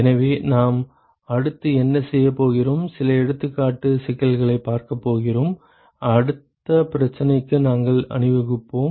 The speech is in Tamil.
எனவே நாம் அடுத்து என்ன செய்யப் போகிறோம் சில எடுத்துக்காட்டு சிக்கல்களைப் பார்க்கப் போகிறோம் அடுத்த பிரச்சினைக்கு நாங்கள் அணிவகுப்போம்